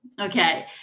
okay